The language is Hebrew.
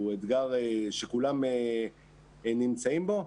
הוא אתגר שכולם נמצאים בו.